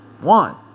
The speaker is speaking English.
one